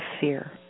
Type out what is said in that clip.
fear